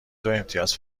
دوامتیاز